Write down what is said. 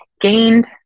gained